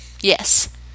Yes